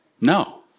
No